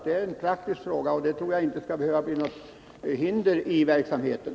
Det är en praktisk fråga, och jag tror inte detta blir något hinder i verksamheten.